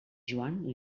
joan